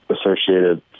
associated